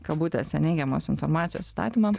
kabutėse neigiamos informacijos įstatymą